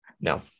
No